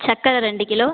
சக்கரை ரெண்டு கிலோ